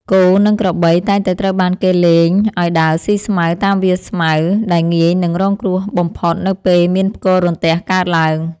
គោ និងក្របីតែងតែត្រូវបានគេលែងឱ្យដើរស៊ីស្មៅតាមវាលស្មៅដែលងាយនឹងរងគ្រោះបំផុតនៅពេលមានផ្គររន្ទះកើតឡើង។